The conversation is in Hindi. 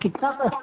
कितना पैसा